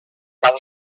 par